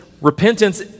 Repentance